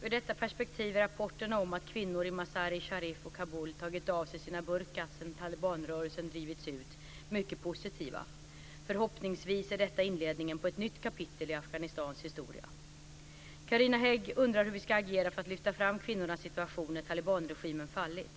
Ur detta perspektiv är rapporterna om att kvinnor i Mazar-i Sharif och Kabul tagit av sig sina burkor sedan talibanrörelsen drivits ut mycket positiva. Förhoppningsvis är detta inledningen på ett nytt kapitel i Afghanistans historia. Carina Hägg undrar hur vi ska agera för att lyfta fram kvinnornas situation när talibanregimen fallit.